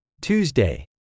Tuesday